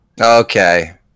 Okay